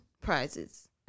prizes